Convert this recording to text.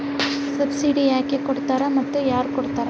Subsidy ಯಾಕೆ ಕೊಡ್ತಾರ ಮತ್ತು ಯಾರ್ ಕೊಡ್ತಾರ್?